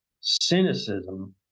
cynicism